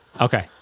Okay